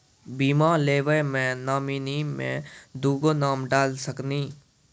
बीमा लेवे मे नॉमिनी मे दुगो नाम डाल सकनी?